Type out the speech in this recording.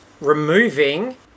Removing